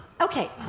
okay